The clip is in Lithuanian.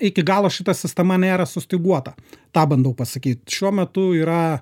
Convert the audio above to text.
iki galo šita sistema nėra sustyguota tą bandau pasakyt šiuo metu yra